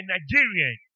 Nigerian